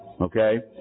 okay